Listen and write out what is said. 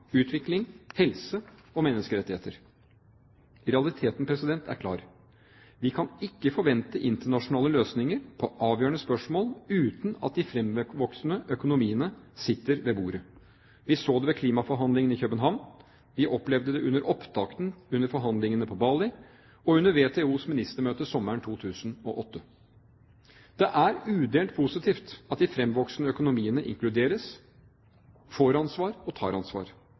utvikling, helse og menneskerettigheter. Realiteten er klar: Vi kan ikke forvente internasjonale løsninger på avgjørende spørsmål uten at de fremvoksende økonomiene sitter ved bordet. Vi så det ved klimaforhandlingene i København, vi opplevde det under opptakten til forhandlingene på Bali og under WTOs ministermøte sommeren 2008. Det er udelt positivt at de fremvoksende økonomier inkluderes, får ansvar og tar ansvar.